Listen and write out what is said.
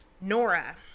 Nora